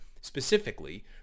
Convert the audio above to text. specifically